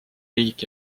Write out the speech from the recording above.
riik